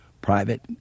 private